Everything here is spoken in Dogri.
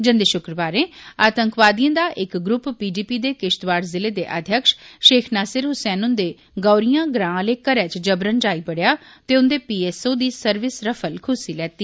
जंदे शुक्रवारें आतंकवादिए दा इक ग्रुप पीडीपी दे किश्तवाड़ जिले दे अध्यक्ष शेख नासिर हुसैन हुंदे गौटियां ग्रां आले घरै च जबरन जाई बड़ेआ ते उंदे पीएसओ दी सर्विस रफल खुस्सी लैती